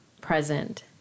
present